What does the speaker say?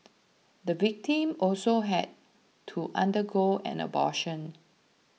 the victim also had to undergo an abortion